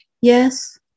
yes